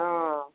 हँ